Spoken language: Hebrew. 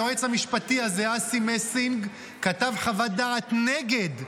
היועץ המשפטי הזה אסי מסינג כתב חוות דעת נגד,